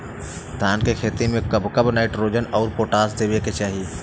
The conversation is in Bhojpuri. धान के खेती मे कब कब नाइट्रोजन अउर पोटाश देवे के चाही?